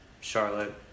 Charlotte